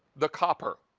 the copper.